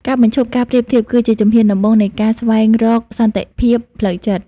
ការបញ្ឈប់ការប្រៀបធៀប គឺជាជំហានដំបូងនៃការស្វែងរក "សន្តិភាពផ្លូវចិត្ត"។